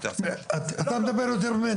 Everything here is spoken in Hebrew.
אתה מדבר יותר ממני.